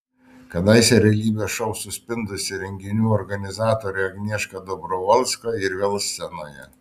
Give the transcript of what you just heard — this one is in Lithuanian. kadaise realybės šou suspindusi renginių organizatorė agnieška dobrovolska ir vėl scenoje